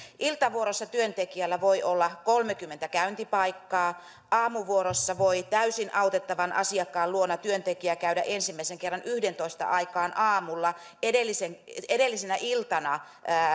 iltavuorossa työntekijällä voi olla kolmekymmentä käyntipaikkaa aamuvuorossa voi täysin autettavan asiakkaan luona työntekijä käydä ensimmäisen kerran yhdentoista aikaan aamulla kun edellisenä iltana